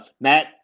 Matt